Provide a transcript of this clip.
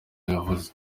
yavutse